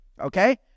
Okay